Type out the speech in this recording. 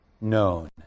known